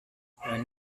when